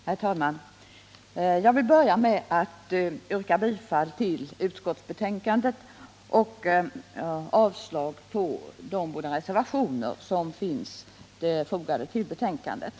Herr talman! Jag vill börja med att yrka bifall till utskottets hemställan och avslag på de båda reservationer som finns fogade till betänkandet.